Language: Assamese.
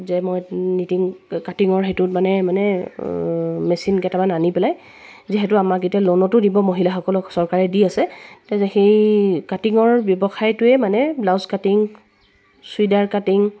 যে মই নিটিং কাটিঙৰ সেইটোত মানে মানে মেচিন কেইটামান আনি পেলাই যিহেতু আমাক এতিয়া লোনতো দিব মহিলাসকলক চৰকাৰে দি আছে তে সেই কাটিঙৰ ব্যৱসায়টোৱে মানে ব্লাউজ কাটিং চুইদাৰ কাটিং